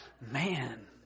Man